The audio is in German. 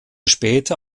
später